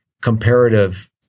comparative